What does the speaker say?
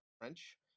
French